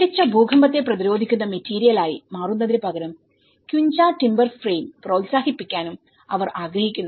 മികച്ച ഭൂകമ്പത്തെ പ്രതിരോധിക്കുന്ന മെറ്റീരിയലായിമാറുന്നതിന് പകരം ക്വിഞ്ച ടിമ്പർ ഫ്രെയിംപ്രോത്സാഹിപ്പിക്കാനും അവർ ആഗ്രഹിക്കുന്നു